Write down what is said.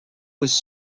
was